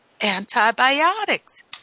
antibiotics